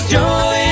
joy